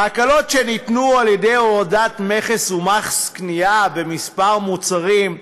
ההקלות שניתנו על ידי הורדת מכס ומס קנייה בכמה מוצרים,